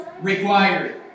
required